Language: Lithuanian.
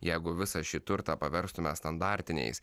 jeigu visą šį turtą paverstumėme standartiniais